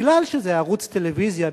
מכיוון שזה ערוץ טלוויזיה,